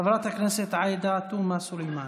חברת הכנסת עאידה תומא סלימאן.